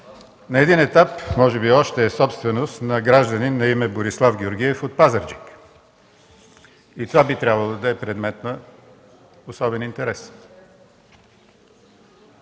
на един етап, а може би още е собственост на гражданин на име Борислав Георгиев от Пазарджик. Това би трябвало да е предмет на особен интерес.